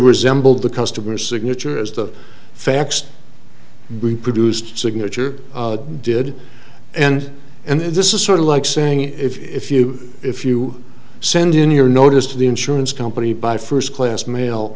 resembled the customer signature as the fax reproduced signature did and and this is sort of like saying if you if you send in your notice to the insurance company by first class ma